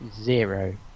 Zero